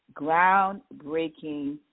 groundbreaking